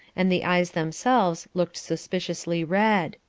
and the eyes themselves looked suspiciously red.